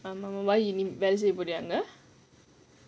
வேல செய்ய போறியா அங்க:vela seiya poriyaa anga